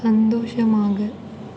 சந்தோஷமாக